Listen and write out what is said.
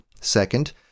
Second